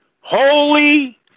Holy